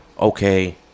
okay